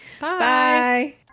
Bye